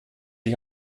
ich